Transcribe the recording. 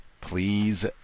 please